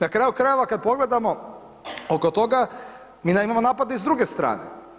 Na kraju krajeva kad pogledamo oko toga …/nerazumljivo/… imamo napade i s druge strane.